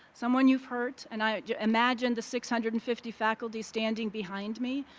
someone you've hurt, and i imagine the six hundred and fifty faculty standing behind me,